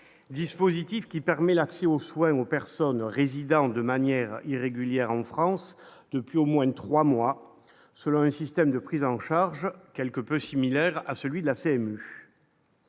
dispositif qui permet l'accès aux soins aux personnes résidant de manière irrégulière en France depuis au moins 3 mois selon un système de prise en charge quelque peu similaire à celui de la CMU.